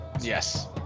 Yes